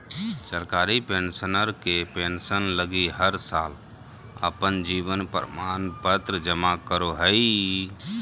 सरकारी पेंशनर के पेंसन लगी हर साल अपन जीवन प्रमाण पत्र जमा करो हइ